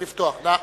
תודה.